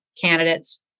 candidates